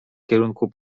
kierunku